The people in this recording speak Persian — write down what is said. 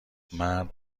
مرد